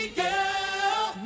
girl